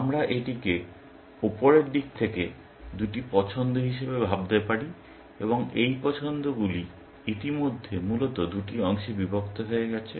আমরা এটিকে উপরের দিক থেকে দুটি পছন্দ হিসাবে ভাবতে পারি এবং এই পছন্দগুলি ইতিমধ্যে মূলত দুটি অংশে বিভক্ত হয়ে গেছে